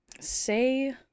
say